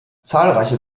zahlreiche